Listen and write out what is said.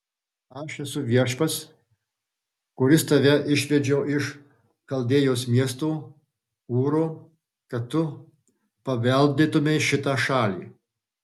aš esu viešpats kuris tave išvedžiau iš chaldėjos miesto ūro kad tu paveldėtumei šitą šalį